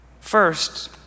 First